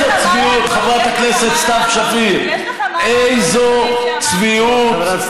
יש לך מה לענות, איזו צביעות,